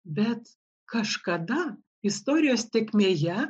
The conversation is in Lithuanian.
bet kažkada istorijos tėkmėje